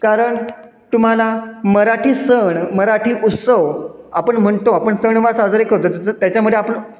कारण तुम्हाला मराठी सण मराठी उत्सव आपण म्हणतो आपण सण वा साजरे करतो त्याच्यामध्ये आपण